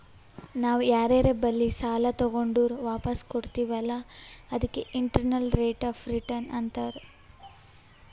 ನಾವ್ ಯಾರರೆ ಬಲ್ಲಿ ಸಾಲಾ ತಗೊಂಡುರ್ ವಾಪಸ್ ಕೊಡ್ತಿವ್ ಅಲ್ಲಾ ಅದಕ್ಕ ಇಂಟರ್ನಲ್ ರೇಟ್ ಆಫ್ ರಿಟರ್ನ್ ಅಂತಾರ್